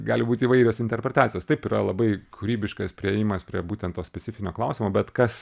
gali būt įvairios interpretacijos taip yra labai kūrybiškas priėjimas prie būtent to specifinio klausimo bet kas